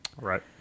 Right